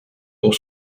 pour